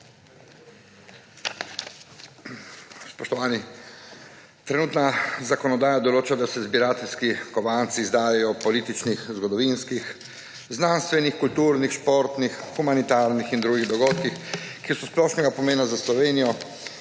Spoštovani! Trenutna zakonodaja odloča, da se zbirateljski kovanci izdajo ob političnih, zgodovinskih, znanstvenih, kulturnih, športnih, humanitarnih in drugih dogodkih, ki so splošnega pomena za Slovenijo